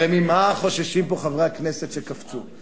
הרי ממה חוששים פה חברי הכנסת שקפצו?